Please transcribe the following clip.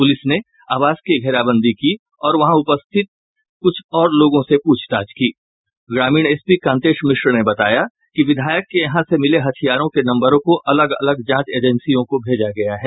police ने आवास की घेराबंदी की और वहां उपस्थित कुछ लोगों से पूछताछ की ग्रामीण एसपी कांतेश मिश्र ने बताया कि विधायक के यहां से मिले हथियारों के नम्बरों को अलग अलग जांच एजेंसियों को भेजा गया है